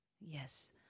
Yes